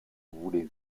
voulait